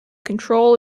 control